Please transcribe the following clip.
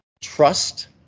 trust